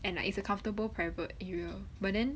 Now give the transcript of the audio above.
and like it's a comfortable private area but then